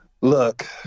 Look